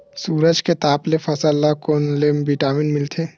सूरज के ताप ले फसल ल कोन ले विटामिन मिल थे?